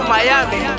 Miami